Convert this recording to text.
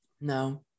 No